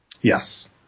Yes